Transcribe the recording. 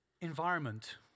environment